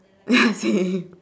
ya same